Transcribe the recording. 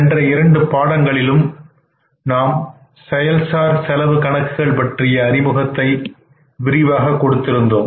சென்ற இரண்டு பாடங்களிலும் நாம் செயல்சார் செலவு கணக்குகளை Activity Based Costing aka ABC பற்றிய அறிமுகத்தை கொடுத்திருந்தோம்